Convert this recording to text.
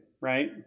right